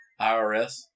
IRS